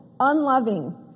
Unloving